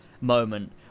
moment